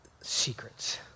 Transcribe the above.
secrets